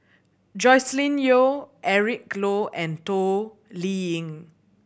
Joscelin Yeo Eric Low and Toh Liying